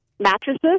mattresses